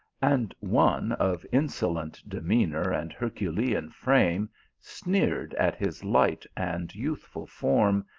and one of insolent demeanour and herculean frame sneered at his light and youth ful form,